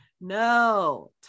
No